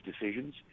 decisions